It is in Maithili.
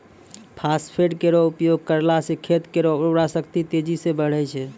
फास्फेट केरो उपयोग करला सें खेत केरो उर्वरा शक्ति तेजी सें बढ़ै छै